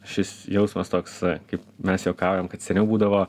šis jausmas toks kaip mes juokaujam kad seniau būdavo